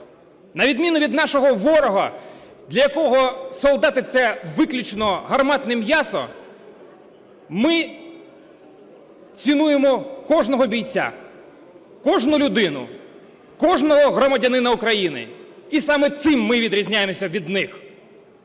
на відміну від нашого ворога, для якого солдати – це виключно гарматне м'ясо. Ми цінуємо кожного бійця, кожну людину, кожного громадянина України, і саме цим ми відрізняємося від них.